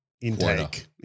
intake